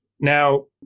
Now